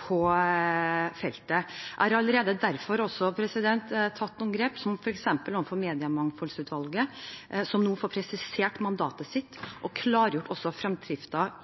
på feltet. Jeg har allerede derfor også tatt noen grep, f.eks. overfor Mediemangfoldsutvalget, som nå får presisert mandatet sitt og også klargjort